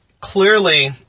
clearly